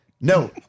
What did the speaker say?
No